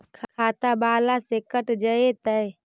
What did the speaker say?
खाता बाला से कट जयतैय?